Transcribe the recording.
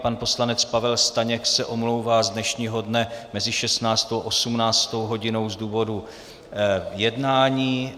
Pan poslanec Pavel Staněk se omlouvá z dnešního dne mezi 16. a 18. hodinou z důvodu jednání.